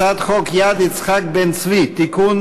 הצעת חוק יד יצחק בן-צבי (תיקון,